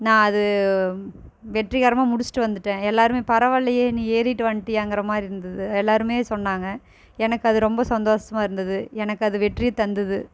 நான் அது வெற்றிகரமாக முடிச்சிவிட்டு வந்துவிட்டன் எல்லாருமே பரவால்லியே நீ ஏறிட்டு வன்ட்டியாங்குற மாதிரி இருந்துது எல்லாருமே சொன்னாங்க எனக்கு அது ரொம்ப சந்தோசமாக இருந்துது எனக்கு அது வெற்றி தந்துது